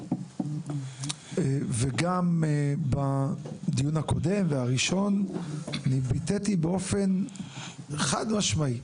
וגם בדיון הקודם והראשון התבטאתי באופן חד משמעתי,